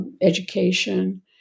education